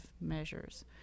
measures